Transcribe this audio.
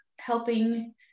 helping